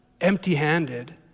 empty-handed